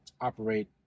operate